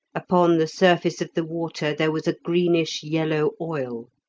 upon the surface of the water there was a greenish-yellow oil,